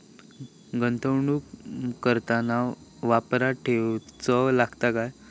गुंतवणूक करताना वारसा ठेवचो लागता काय?